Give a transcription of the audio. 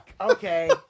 Okay